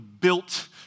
built